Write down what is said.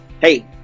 Hey